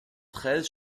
treize